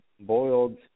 boiled